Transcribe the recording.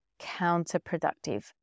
counterproductive